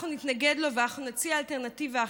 אנחנו נתנגד לו ואנחנו נציע אלטרנטיבה.